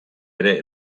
ere